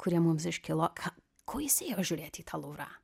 kurie mums iškilo ką ko jis ėjo žiūrėti į tą luvrą